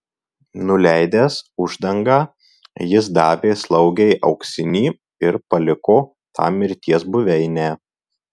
nuleidęs uždangą jis davė slaugei auksinį ir paliko tą mirties buveinę